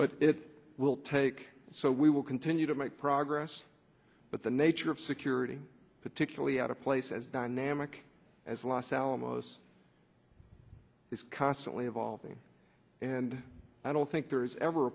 but it will take so we will continue to make progress but the nature of security particularly at a place as dynamic as los alamos is constantly evolving and i don't think there is ever